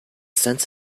sense